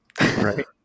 right